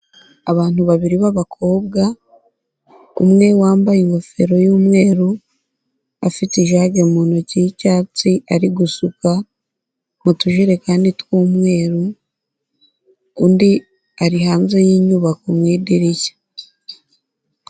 Abantu babiri b'abakobwa, umwe wambaye ingofero y'umweru afite ijage mu ntoki y'icyatsi ari gusuka mu tujerekani tw'umweru, undi ari hanze y'inyubako mu idirishya.